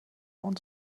und